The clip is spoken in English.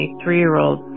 three-year-old